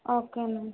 ఓకేనండి